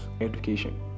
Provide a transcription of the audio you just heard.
education